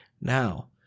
Now